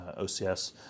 OCS